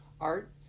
art